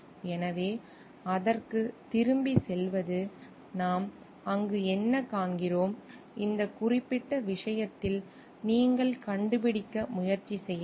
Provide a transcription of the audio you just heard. எனவே அதற்குத் திரும்பிச் செல்வது நாம் அங்கு என்ன காண்கிறோம் இந்த குறிப்பிட்ட விஷயத்தில் நீங்கள் கண்டுபிடிக்க முயற்சி செய்யலாம்